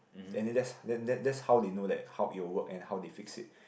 and then just that that that's how they know that how it will work and how they fix it